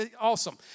awesome